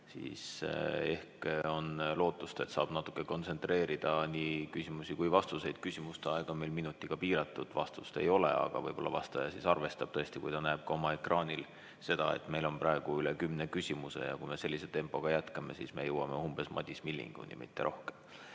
siis ehk on lootust, et saab natuke kontsentreerida nii küsimusi kui ka vastuseid. Küsimuste aeg on meil minutiga piiratud, vastuste aeg ei ole. Aga võib-olla vastaja siis ise arvestab, kui ta näeb ka oma ekraanil seda, et meil on praegu üle kümne küsimuse. Kui me sellise tempoga jätkame, siis jõuame umbes Madis Millinguni, mitte rohkem.